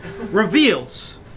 reveals